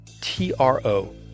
TRO